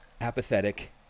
apathetic